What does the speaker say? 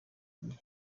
gihe